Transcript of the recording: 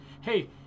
hey